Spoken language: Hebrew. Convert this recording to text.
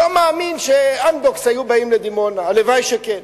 לא מאמין ש"אמדוקס" היו באים לדימונה, הלוואי שכן.